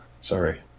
sorry